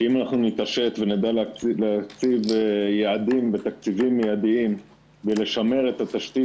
שאם נתעשת ונדע להציב יעדים ותקציבים מידיים ולשמר את התשתית